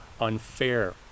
unfair